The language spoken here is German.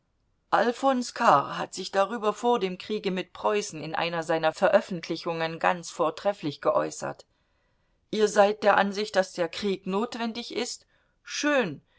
hat sich darüber vor dem kriege mit preußen in einer seiner veröffentlichungen ganz vortrefflich geäußert ihr seid der ansicht daß der krieg notwendig ist schön